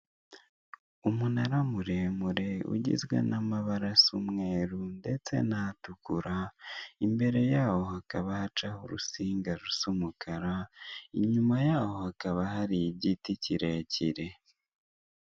Umunara muremure ugizwe n'amabara asa umweru ndetse natukura imbere yaho hakaba hacaho urusinga rusa umukara inyuma yaho hakaba hari igiti kirekire.